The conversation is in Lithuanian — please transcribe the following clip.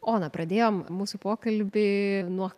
ona pradėjom mūsų pokalbį nuo